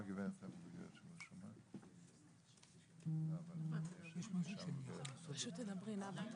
מתברר שאין לי זכאות